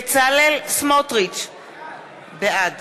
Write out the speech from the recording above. בעד